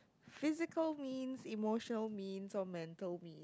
physical means emotional means or mental mean